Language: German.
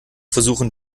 versuchen